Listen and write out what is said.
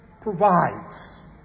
provides